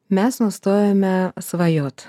mes nustojome svajot